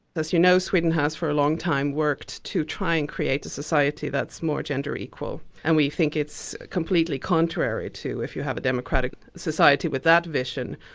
you know, sweden has for a long time worked to try and create a society that's more gender-equal, and we think it's completely contrary to, if you have a democratic society with that vision,